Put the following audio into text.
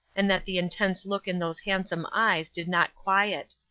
and that the intense look in those handsome eyes did not quiet.